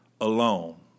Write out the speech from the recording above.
alone